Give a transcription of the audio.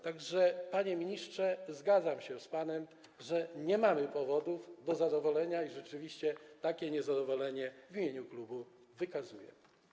Tak że, panie ministrze, zgadzam się z panem, że nie mamy powodów do zadowolenia i rzeczywiście takie niezadowolenie w imieniu klubu wykazuję.